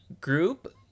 group